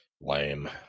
Lame